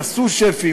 הסו-שפים,